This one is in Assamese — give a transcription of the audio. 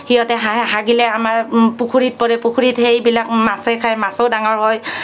সিহঁতে হাঁহে হাগিলে আমাৰ পুখুৰীত পৰে পুখুৰীত সেইবিলাক মাছে খাই মাছো ডাঙৰ হয়